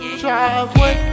driveway